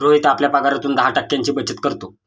रोहित आपल्या पगारातून दहा टक्क्यांची बचत करतो